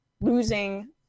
losing